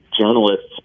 journalists